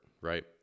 right